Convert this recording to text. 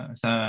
sa